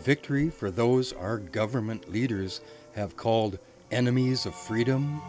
victory for those our government leaders have called enemies of freedom